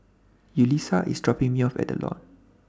Yulisa IS dropping Me off At The Lawn